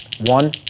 One